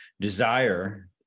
desire